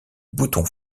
bouton